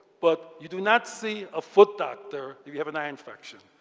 but you do not see a foot doctor if you have an eye infection.